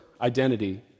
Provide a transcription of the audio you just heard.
identity